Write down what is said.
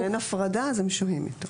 אם אין הפרדה אז הם שוהים איתו.